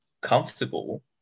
comfortable